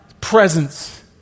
presence